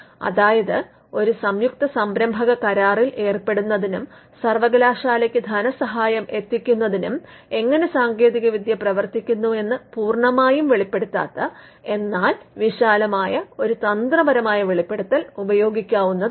അതായത് ഒരു സംയുക്ത സംരംഭക കരാറിൽ ഏർപ്പെടുന്നതിനും സർവകലാശാലയ്ക്ക് ധനസഹായം എത്തിക്കുന്നതിനും എങ്ങെനെ സാങ്കേതികവിദ്യ പ്രവർത്തിക്കുന്നു എന്ന് പൂർണമായും വെളിപ്പെടുത്താത്ത എന്നാൽ വിശാലമായ ഒരു തന്ത്രപരമായ വെളിപ്പെടുത്തൽ ഉപയോഗിക്കാവുന്നതാണ്